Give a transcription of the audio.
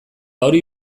hori